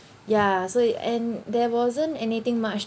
ya so and there wasn't anything much